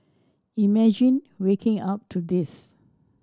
imagine waking up to this